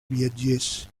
viatgers